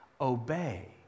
Obey